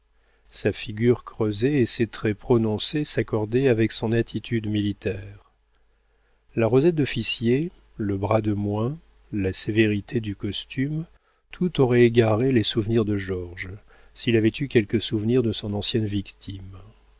sa figure creusée et ses traits prononcés s'accordaient avec son attitude militaire la rosette d'officier le bras de moins la sévérité du costume tout aurait égaré les souvenirs de georges s'il avait eu quelque souvenir de son ancienne victime